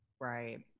Right